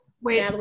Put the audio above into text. Wait